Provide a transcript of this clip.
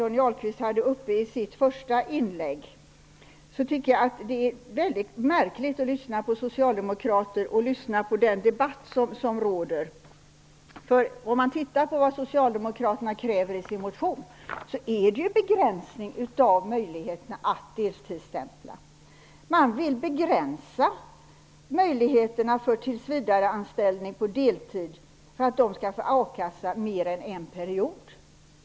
Johnny Ahlqvist talade i sitt första inlägg om deltidsarbetande. Det är mycket märkligt att lyssna till socialdemokrater och den debatt som förs. I sin motion kräver socialdemokraterna en begränsning av möjligheterna att deltidsstämpla. Man vill begränsa möjligheterna för tillsvidareanställning på deltid för att dessa människor inte skall få a-kassa mer än en period.